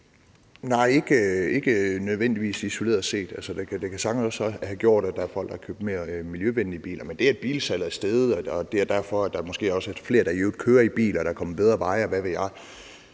Nej, ikke nødvendigvis sådan isoleret set – altså, det kan sagtens også have gjort, at der er folk, der har købt mere miljøvenlige biler. Men det, at bilsalget er steget, og at der derfor måske også er flere, der kører i bil, og at der er kommet bedre veje, og hvad ved jeg,